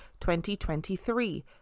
2023